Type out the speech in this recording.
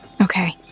Okay